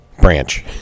Branch